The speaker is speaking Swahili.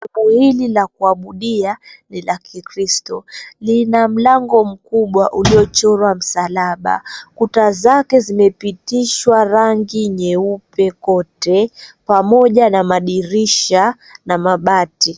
Jengo hili la kuabudia ni la kikristu. Lina mlango mkubwa uliochorwa msalaba. Kuta zake zimepitishwa rangi nyeupe kote pamoja na madirisha na mabati.